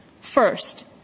First